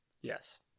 Yes